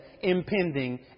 impending